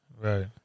Right